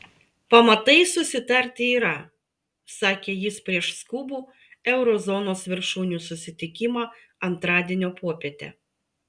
pamatai susitarti yra sakė jis prieš skubų euro zonos viršūnių susitikimą antradienio popietę